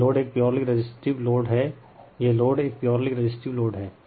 यह लोड एक purely resistive load है यह लोड एक प्योरली रेसिसटिव लोड है